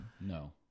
No